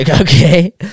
okay